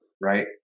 right